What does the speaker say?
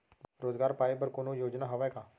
रोजगार पाए बर कोनो योजना हवय का?